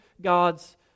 God's